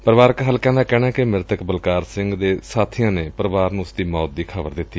ਪਰਿਵਾਰਕ ਹਲਕਿਆਂ ਦਾ ਕਹਿਣੈ ਕਿ ਮ੍ਤਿਤਕ ਬਲਕਾਰ ਸਿੰਘ ਦੇ ਸਾਬੀਆਂ ਨੇ ਪਰਿਵਾਰ ਨੂੰ ਉਸ ਦੀ ਮੌਤ ਦੀ ਖ਼ਬਰ ਦਿੱਤੀ